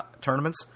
tournaments